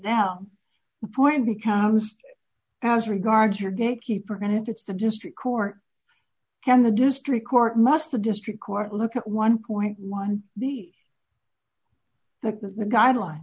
down point becomes as regards your gatekeeper benefits the district court and the district court must the district court look at one point one b the guideline